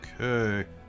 Okay